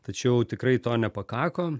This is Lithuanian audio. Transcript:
tačiau tikrai to nepakako